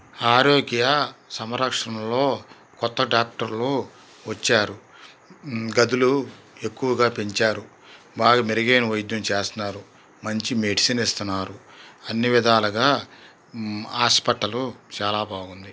ఆరోగ్య సంరక్షణలో కొత్త డాక్టర్లు వచ్చారు గదులు ఎక్కువగా పెంచారు బాగా మెరుగైన వైద్యం చేస్తున్నారు మంచి మెడిసిన్ ఇస్తున్నారు అన్ని విధాలగా హాస్పిటలు చాలా బాగుంది